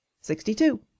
sixty-two